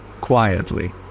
quietly